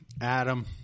Adam